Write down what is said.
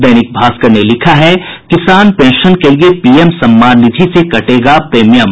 दैनिक भास्कर लिखता है किसान पेंशन के लिए पीएम सम्मान निधि से कटेगा प्रीमियम